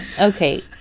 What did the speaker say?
Okay